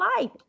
life